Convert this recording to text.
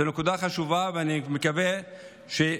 זו נקודה חשובה, ואני מקווה שהיא